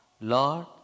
Lord